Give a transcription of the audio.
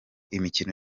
imikino